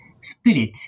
spirit